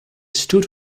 stood